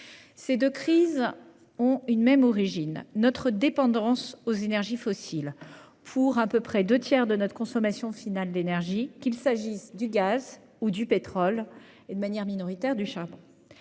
Ces deux crises ont une même origine : notre dépendance aux énergies fossiles pour environ deux tiers de notre consommation finale d'énergie, qu'il s'agisse du gaz, du pétrole et, de manière minoritaire, du charbon.